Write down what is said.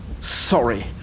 Sorry